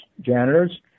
janitors